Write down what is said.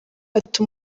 ati